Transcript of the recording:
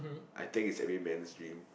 I think it's every man's dream